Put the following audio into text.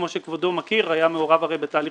כמו שכבודו מכיר והיה מעורב הרי בתהליך